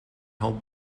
held